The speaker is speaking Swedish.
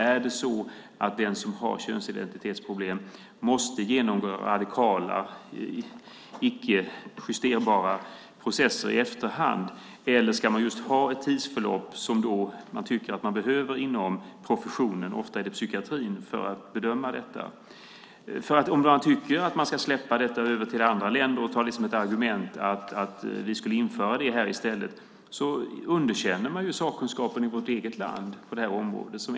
Är det så att den som har könsidentitetsproblem måste genomgå radikala, icke-justerbara processer i efterhand, eller ska man just ha ett tidsförlopp som man tycker att man behöver inom professionen, som ofta är psykiatrin, för att bedöma detta? Om man har argumentet att vi ska införa det som gäller i andra länder underkänner man ju sakkunskapen på det här området i vårt eget land.